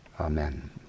Amen